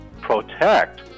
protect